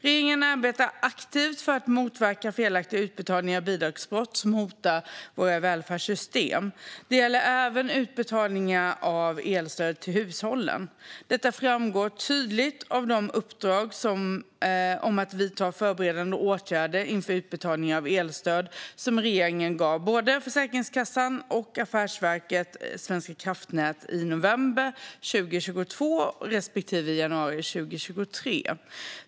Regeringen arbetar aktivt för att motverka felaktiga utbetalningar och bidragsbrott som hotar våra välfärdssystem. Det gäller även utbetalningar av elstöd till hushållen. Detta framgår tydligt av de uppdrag om att vidta förberedande åtgärder inför utbetalning av elstöd som regeringen gav både Försäkringskassan och Affärsverket svenska kraftnät i november 2022 respektive i januari 2023.